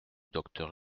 docteur